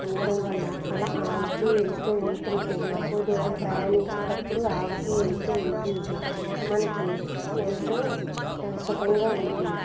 ఉండటం వల్ల అలా ఆగుతూ వెళుతూ ఉంటుంటే ఎక్కువ దూరం ప్రయాణించేటప్పుడు ఆగుతూ వెళుతూ ఉంటుంటే మనకి ఎంతో సుఖంగా ఉంటుంది